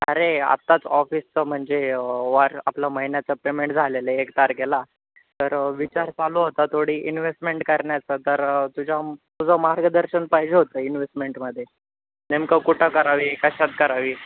अरे आत्ताच ऑफिसचं म्हणजे वार आपलं महिन्याचं पेमेंट झालेलं एक तारखेला तर विचार चालू होता थोडी इन्व्हेस्टमेंट करण्याचं तर तुझ्या तुझं मार्गदर्शन पाहिजे होतं इन्व्हेस्टमेंट मध्ये नेमकं कुठं करावी कशात करावी